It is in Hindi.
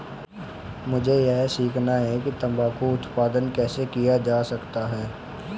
मुझे यह सीखना है कि तंबाकू उत्पादन कैसे किया जा सकता है?